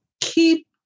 keep